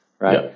Right